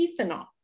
ethanol